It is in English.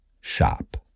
shop